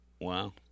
Wow